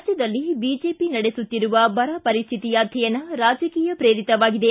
ರಾಜ್ಯದಲ್ಲಿ ಬಿಜೆಪಿ ನಡೆಸುತ್ತಿರುವ ಬರ ಪರಿಸ್ಥಿತಿ ಅಧ್ಯಯನ ರಾಜಕೀಯ ಪ್ರೇರಿತವಾಗಿದೆ